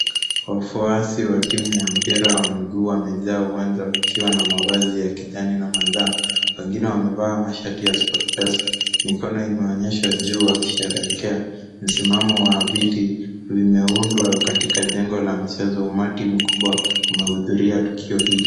Wafuasi wa timu ya mpira wa miguu wamejaa uwanja wakiwa na mavazi ya kijani na manjano; wengine wamevaa mashati ya Sportpesa. Mikono imeonyesha juu wakisharekea. Msimamo wa viti vimeundwa katika jengo la mchezo umati mkubwa umehudhuria tukio hili.